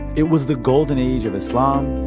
it was the golden age of islam,